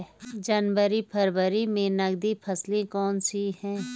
जनवरी फरवरी में नकदी फसल कौनसी है?